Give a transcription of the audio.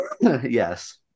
Yes